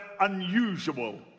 unusual